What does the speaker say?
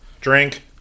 Drink